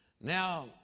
Now